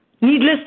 Needless